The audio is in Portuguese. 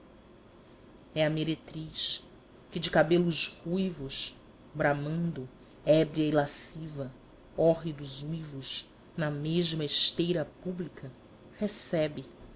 é a meretriz que de cabelos ruivos bramando ébria e lasciva hórridos uivos na mesma esteira pública recebe